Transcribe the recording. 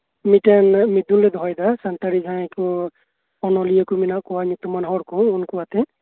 ᱢᱤᱫᱴᱮᱱ ᱢᱤᱫᱩᱱ ᱞᱮ ᱫᱚᱦᱚᱭᱮᱫᱟ ᱥᱟᱱᱛᱟᱲᱤ ᱡᱟᱦᱟᱸᱭ ᱠᱚ ᱚᱱᱚᱞᱤᱭᱟᱹ ᱠᱚ ᱢᱮᱱᱟᱜ ᱠᱚᱣᱟ ᱧᱩᱛᱢᱟᱱ ᱦᱚᱲ ᱠᱚ ᱢᱮᱱᱟᱜ ᱠᱚᱣᱟ ᱩᱱᱠᱩ ᱟᱛᱮ